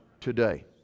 today